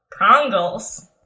Prongles